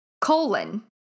colon